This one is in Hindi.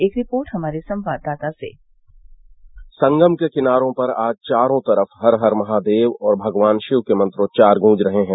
एक रिपोर्ट हमारे संवाददाता सेः संगम के किनारो पर आज चारो ओर हर हर महादेव और भगवान के मंत्रोच्चार गूंज रहे हैं